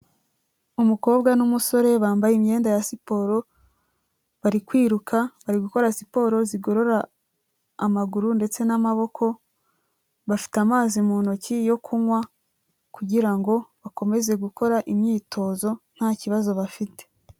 Umukobwa n'umusore bambaye imyenda ya siporo, bari kwiruka, bari gukora siporo zigorora amaguru ndetse namaboko, bafite amazi mu ntoki yo kunywa kugirango bakomeze gukora imyitozo nta kibazo bafite.